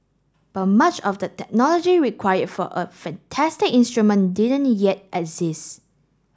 but much of the technology required for a fantastic instrument didn't yet exist